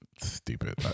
stupid